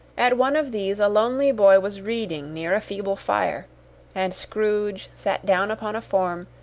at one of these a lonely boy was reading near a feeble fire and scrooge sat down upon a form,